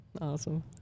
Awesome